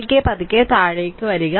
പതുക്കെ പതുക്കെ താഴേക്ക് വരിക